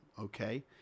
Okay